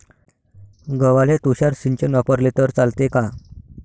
गव्हाले तुषार सिंचन वापरले तर चालते का?